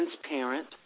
transparent